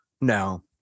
No